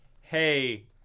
hey